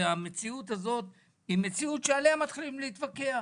והמציאות הזאת היא מציאות שעליה מתחילים להתווכח